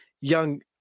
young